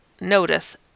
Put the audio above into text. notice